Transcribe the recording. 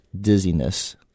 dizziness